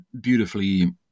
beautifully